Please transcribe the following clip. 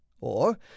or